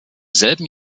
selben